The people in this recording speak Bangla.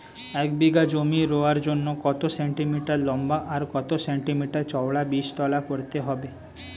এক বিঘা জমি রোয়ার জন্য কত সেন্টিমিটার লম্বা আর কত সেন্টিমিটার চওড়া বীজতলা করতে হবে?